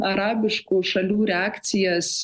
arabiškų šalių reakcijas